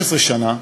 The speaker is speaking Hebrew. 15 שנה,